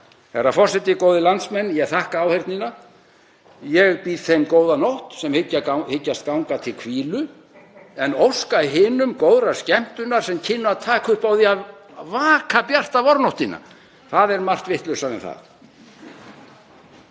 Herra forseti. Góðir landsmenn. Ég þakka áheyrnina. Ég býð þeim góða nótt sem hyggjast ganga til hvílu en óska hinum góðrar skemmtunar sem kynnu að taka upp á því að vaka bjarta vornóttina. Það er margt vitlausara en það.